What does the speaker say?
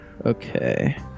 Okay